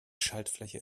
schaltfläche